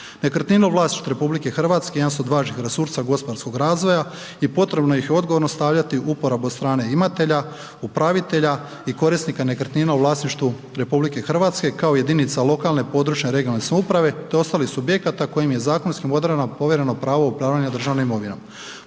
Nekretninu u vlasništvu RH jedan su od važnijih resursa gospodarskog razvoja i potrebno ih je odgovorno stavljati u uporabu od strane imatelja, upravitelja i korisnika nekretnina u vlasništvu RH, kao jedinica lokalne, područne (regionalne) samouprave te ostalih subjekata kojim je zakonskim odredbama povjereno pravo upravljanja državnom imovinom.